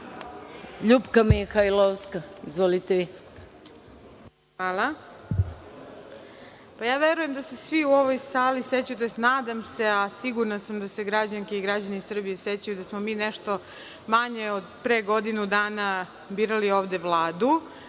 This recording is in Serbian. **Ljupka Mihajlovska** Hvala. Verujem da se svi u ovoj sali sećate, tj. nadam se, a sigurna sam da se građanke i građani Srbije sećaju da smo mi nešto manje od pre godinu dana birali ovde Vladu